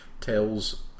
tells